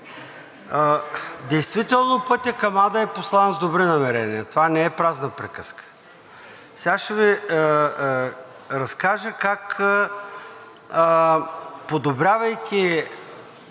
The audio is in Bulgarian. Действително пътят към ада е постлан с добри намерения – това не е празна приказка. Сега ще Ви разкажа как подобрявайки